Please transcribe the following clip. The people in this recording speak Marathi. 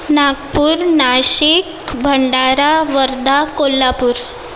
नागपूर नाशिक भंडारा वर्धा कोल्हापूर